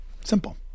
Simple